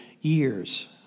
years